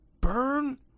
Burn